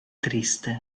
triste